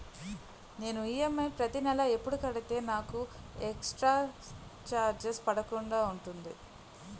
నేను ఈ.ఎం.ఐ ప్రతి నెల ఎపుడు కడితే నాకు ఎక్స్ స్త్ర చార్జెస్ పడకుండా ఉంటుంది?